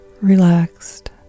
relaxed